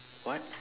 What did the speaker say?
what